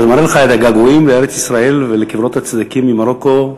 אבל אני מראה לך את הגעגועים לארץ-ישראל ולקברות הצדיקים ממרוקו.